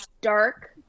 dark